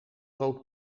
rood